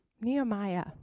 Nehemiah